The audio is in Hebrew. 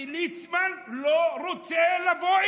כי ליצמן לא רוצה לבוא אלינו.